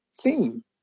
theme